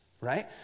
right